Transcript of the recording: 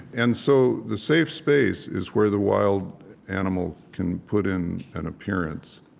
and so the safe space is where the wild animal can put in an appearance.